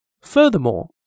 Furthermore